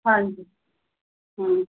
ਹਾਂਜੀ ਹੁੰ